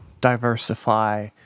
diversify